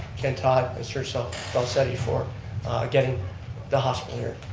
ken todd, and serge so felicetti, for getting the hospital here.